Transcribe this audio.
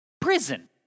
Prison